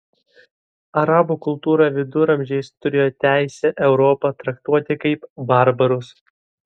arabų kultūra viduramžiais turėjo teisę europą traktuoti kaip barbarus